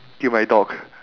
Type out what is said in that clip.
kill my dog